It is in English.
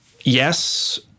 yes